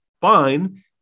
fine